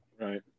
right